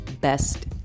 best